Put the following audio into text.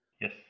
Yes